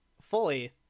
fully